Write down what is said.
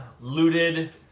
looted